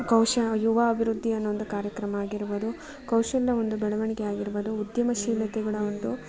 ಕೌಶ ಯುವ ಅಭಿವೃದ್ಧಿ ಅನ್ನೊ ಒಂದು ಕಾರ್ಯಕ್ರಮ ಆಗಿರ್ಬೋದು ಕೌಶಲ್ಯ ಒಂದು ಬೆಳವಣಿಗೆ ಆಗಿರ್ಬೋದು ಉದ್ಯಮಶೀಲತೆಗಳ ಒಂದು